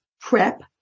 prep